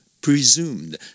presumed